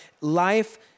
life